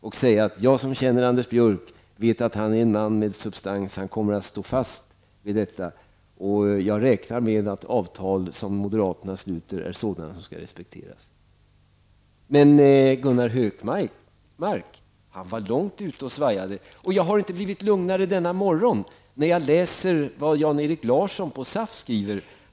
Jag sade att jag som känner Anders Björck vet att han är en man med substans. Han kommer att stå fast, och jag räknar med att avtal som moderaterna sluter är något som skall respekteras. Men Gunnar Hökmark var långt ute och svajade. Jag har inte blivit lugnare denna morgon när jag läser vad Janerik Larsson i SAF har uttalat.